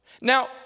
Now